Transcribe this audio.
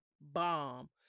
bomb